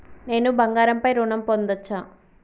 నేను బంగారం పై ఋణం పొందచ్చా?